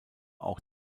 auch